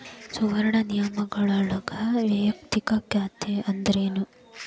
ಸುವರ್ಣ ನಿಯಮಗಳೊಳಗ ವಯಕ್ತಿಕ ಖಾತೆ ಅಂದ್ರೇನ